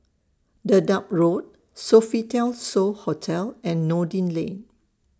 Dedap Road Sofitel So Hotel and Noordin Lane